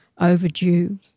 overdue